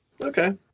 Okay